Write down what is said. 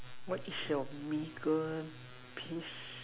what is your biggest piss